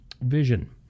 vision